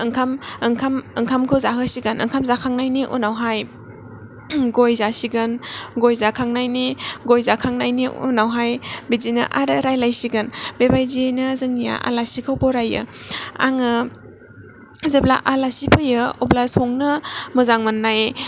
ओंखाम ओंखाम ओंखामखौ जाहोसिगोन ओंखाम जाखांनायनि उनावहाय गय जासिगोन गय जाखांनायनि गय जाखांनायनि उनावहाय बिदिनो आरो रायलायसिगोन बेबादियैनो जोंनि आलासिखौ बरायो आङो जेब्ला आलासि फैयो जेब्ला संनो मोजां मोननाय